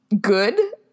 good